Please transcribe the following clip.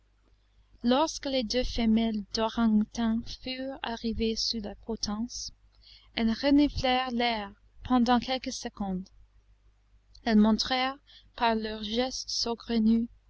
lorsque les deux femelles dorang outang furent arrivées sous la potence elles reniflèrent l'air pendant quelques secondes elles montrèrent par leurs gestes saugrenus